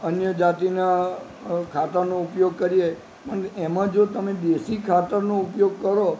અન્ય જાતિના ખાતરનો ઉપયોગ કરીએ અને એમાં જો તમે દેશી ખાતરનો ઉપયોગ કરો